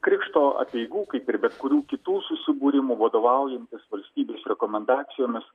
krikšto apeigų kaip ir bet kurių kitų susibūrimų vadovaujantis valstybės rekomendacijomis